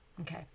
okay